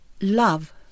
love